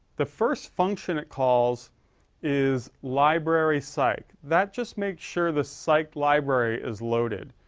the first function it calls is library psych. that just makes sure the psych library is loaded.